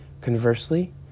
Conversely